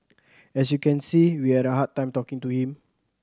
as you can see we had a hard time talking to him